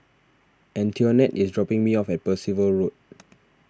Antionette is dropping me off at Percival Road